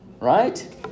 Right